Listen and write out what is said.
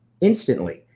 instantly